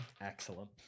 Excellent